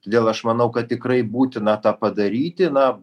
todėl aš manau kad tikrai būtina tą padaryti na